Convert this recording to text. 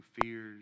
fears